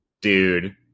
dude